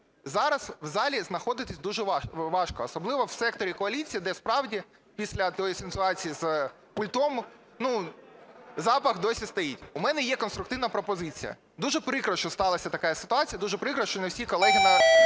Зараз в залі знаходитися дуже важко, особливо в секторі коаліції, де справді після тієї ситуації з пультом запах досі стоїть. У мене є конструктивна пропозиція. Дуже прикро, що сталася така ситуація, дуже прикро, що не всі колеги на